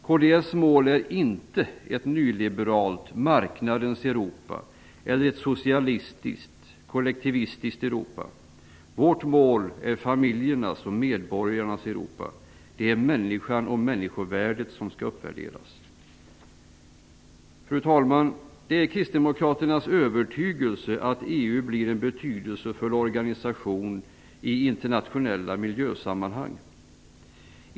Kds mål är inte ett nyliberalt marknadens Europa eller ett socialistiskt och kollektivistiskt Europa. Vårt mål är ett familjernas och medborgarnas Europa. Det är människan och människovärdet som skall uppvärderas. Fru talman! Det är kristdemokraternas övertygelse att EU blir en betydelsefull organisation i internationella miljösammanhang.